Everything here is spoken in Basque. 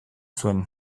zuen